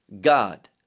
god